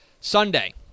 Sunday